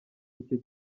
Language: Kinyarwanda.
icyo